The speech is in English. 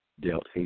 dealt